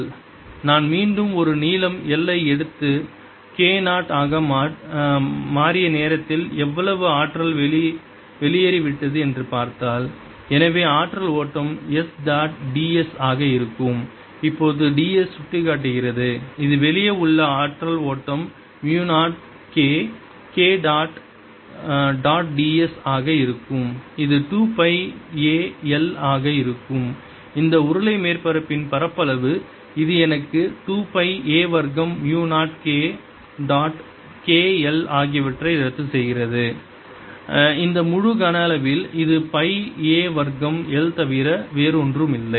S10EB10a02dKdt0Kna20KdKdtn நான் மீண்டும் ஒரு நீளம் L ஐ எடுத்து K 0 ஆக மாறிய நேரத்தில் எவ்வளவு ஆற்றல் வெளியேறிவிட்டது என்று பார்த்தால் எனவே ஆற்றல் ஓட்டம் S டாட் ds ஆக இருக்கும் இப்போது ds சுட்டிக்காட்டுகிறது இது வெளியே உள்ள ஆற்றல் ஓட்டம் 2 mu 0 K K dot dot ds ஆக இருக்கும் அது 2 பை a L ஆக இருக்கும் இந்த உருளை மேற்பரப்பின் பரப்பளவு இது எனக்கு 2 பை a வர்க்கம் mu 0 K dot K L ஆகியவற்றை ரத்து செய்கிறது இந்த முழு கன அளவில் இது பை a வர்க்கம் L தவிர வேறு ஒன்றும் இல்லை